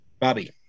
Bobby